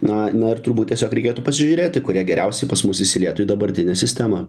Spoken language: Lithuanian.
na na ir turbūt tiesiog reikėtų pasižiūrėti kurie geriausiai pas mus įsilietų į dabartinę sistemą